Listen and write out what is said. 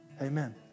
amen